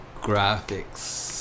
Graphics